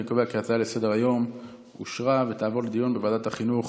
אני קובע כי ההצעה לסדר-היום אושרה ותעבור לוועדת החינוך